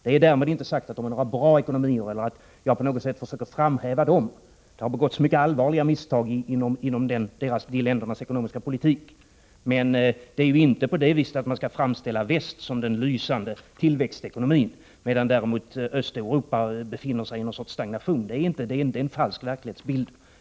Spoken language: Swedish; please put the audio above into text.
Därmed är inte sagt att länderna i fråga har bra ekonomier eller att jag på något sätt vill försöka framhäva dessa — det har begåtts mycket allvarliga misstag i dessa länders ekonomiska politik. Men man skall inte framställa västekonomierna som präglade av lysande tillväxt, medan däremot Östeuropa skulle befinna sig i något slags ekonomisk stagnation. Det är en falsk verklighetsbild.